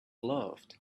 loved